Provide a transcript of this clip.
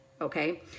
Okay